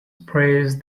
praise